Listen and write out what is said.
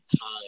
time